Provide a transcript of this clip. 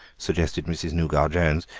suggested mrs. nougat-jones,